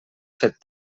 fet